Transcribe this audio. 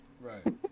right